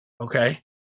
Okay